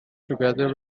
together